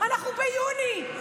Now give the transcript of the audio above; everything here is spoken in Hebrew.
אנחנו ביוני.